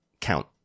count